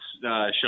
show